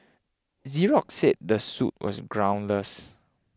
Xerox said the suit was groundless